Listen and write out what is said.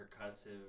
percussive